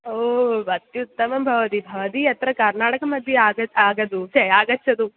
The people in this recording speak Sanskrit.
ओ अत्युत्तमं भवति भवती अत्र कर्नाटकमध्ये आग आगच्छतु छे आगच्छतु